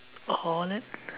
Holland